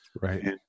Right